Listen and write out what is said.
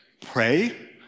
pray